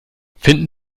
finden